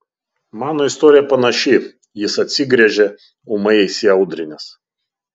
mano istorija panaši jis atsigręžė ūmai įsiaudrinęs